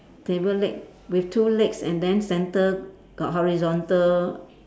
table leg with two legs and then centre got horizontal